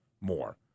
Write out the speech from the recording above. more